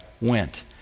went